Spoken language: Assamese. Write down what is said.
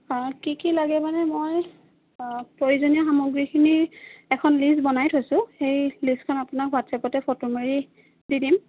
অঁ কি কি লাগে মানে মই প্ৰয়োজনীয় সামগ্ৰীখিনি এখন লিষ্ট বনাই থৈছোঁ সেই লিষ্টখন আপোনাক হোৱাটচাপতে ফটো মাৰি দি দিম